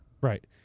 Right